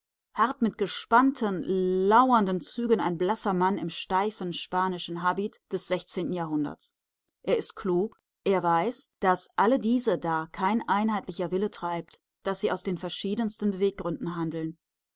harrt mit gespannten lauernden zügen ein blasser mann im steifen spanischen habit des sechzehnten jahrhunderts er ist klug er weiß daß alle diese da kein einheitlicher wille treibt daß sie aus den verschiedensten beweggründen handeln